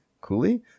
coolly